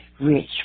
rich